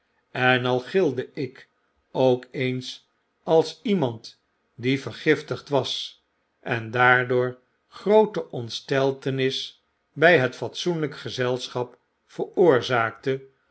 en al gilde ik ook eens alsiemanddie vergiftigd was en daardoor groote ontsteltenis by het fatsoenlyk gezelschap veroorzaakte